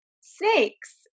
snakes